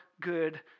good